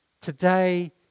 Today